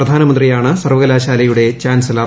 പ്രധാനമന്ത്രിയാണ് സർവകലാശാലയുടെ ചാൻസ്ലർ